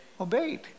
obeyed